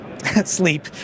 Sleep